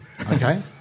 Okay